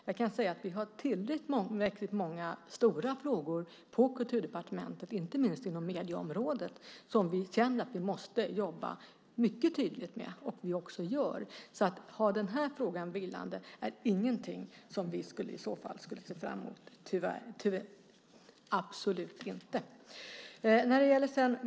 Jag kan säga att vi har tillräckligt många stora frågor på Kulturdepartementet, inte minst inom medieområdet, som vi känner att vi mycket tydligt måste jobba med; det gör vi också. Att ha den här frågan vilande är alltså ingenting som vi i så fall skulle se fram emot - absolut inte!